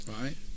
right